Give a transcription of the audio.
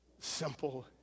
Simple